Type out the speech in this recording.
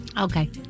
Okay